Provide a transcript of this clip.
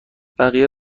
بقیه